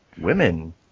women